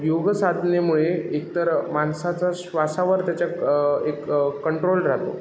योगसाधनेमुळे एकतर माणसाचा श्वासावर त्याच्या एक कंट्रोल राहतो